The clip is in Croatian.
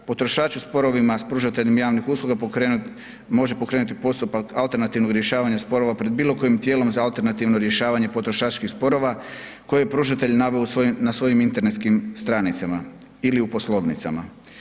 Potrošači u sporovima s pružateljima javnih usluga može pokrenuti postupak alternativnog rješavanja sporova pred bilo kojim tijelom za alternativno rješavanje potrošačkih sporova koje je pružatelj naveo na svojim internetskim stranicama ili u poslovnica.